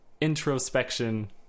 introspection